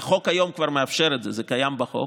החוק היום כבר מאפשר את זה, זה קיים בחוק.